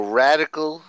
radical